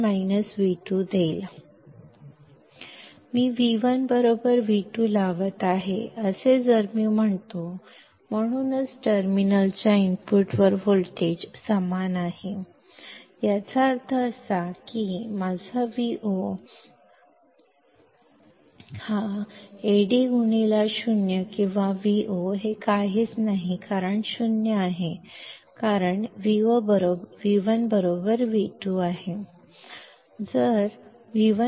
ನಾನು V1V2 ಅನ್ನು ಅನ್ವಯಿಸುತ್ತಿದ್ದೇನೆ ಎಂದು ನಾನು ಹೇಳಿದರೆ ಅದಕ್ಕಾಗಿಯೇ ಟರ್ಮಿನಲ್ನ ಇನ್ಪುಟ್ನಲ್ಲಿ ವೋಲ್ಟೇಜ್ ಒಂದೇ ಆಗಿರುತ್ತದೆ ಅಂದರೆ ನನ್ನ Vo Ad0 ಆಗಿರುತ್ತದೆ ಅಥವಾ Vo 0 ಆಗಿರುತ್ತದೆ